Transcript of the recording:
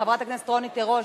חברת הכנסת רונית תירוש,